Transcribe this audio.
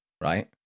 right